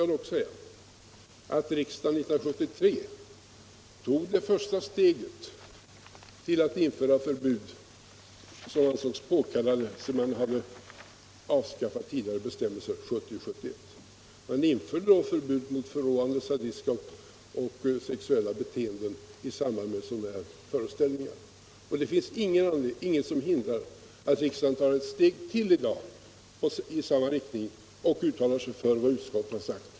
När fröken Mattson säger att hon inte tror på förbud måste jag erinra ansågs påkallade, som följd av att man hade avskaffat tidigare bestäm eller sadistiska beteenden i samband med sådana här föreställningar. Det finns ingenting som hindrar att riksdagen i dag tar ett steg till i samma riktning och uttalar sig för vad utskottet har anfört.